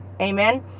Amen